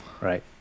right